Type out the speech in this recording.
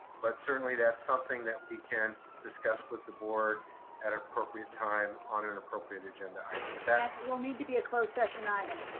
but certainly, that's something that we can discuss with the board at appropriate time on an appropriate agenda item. but that will need to be a closed session item.